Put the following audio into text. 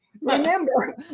Remember